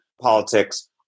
politics